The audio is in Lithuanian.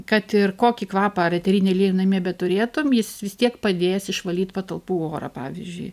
kad ir kokį kvapą ar eterinį aliejų namie beturėtum jis vis tiek padės išvalyt patalpų orą pavyzdžiui